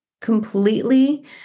completely